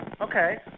Okay